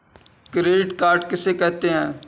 Credit card किसे कहते हैं?